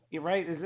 right